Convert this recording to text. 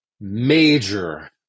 major